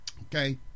okay